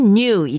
new